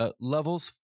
Levels